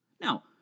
Now